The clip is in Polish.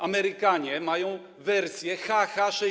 Amerykanie mają wersję HH-60w.